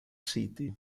city